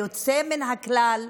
ליוצא מן הכלל,